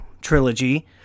trilogy